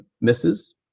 misses